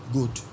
Good